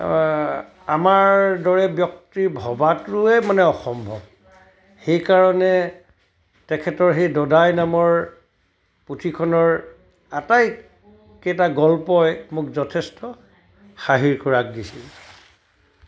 আমাৰ দৰে ব্যক্তিৰ ভবাটোৱে মানে অসম্ভৱ সেইকাৰণে তেখেতৰ সেই দদাই নামৰ পুথিখনৰ আটাইকেইটা গল্পই মোক যথেষ্ট হাঁহিৰ খোৰাক দিছিল